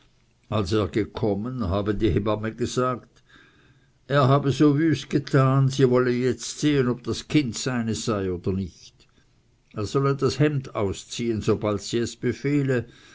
als er gekommen habe die hebamme gesagt er habe so wüst getan sie wolle jetzt sehen ob das kind seines sei oder nicht er solle das hemd ausziehen sobald sie es befehle